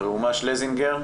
ראומה שלזינגר.